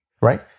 right